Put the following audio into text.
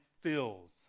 fills